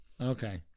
Okay